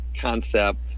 concept